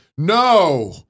No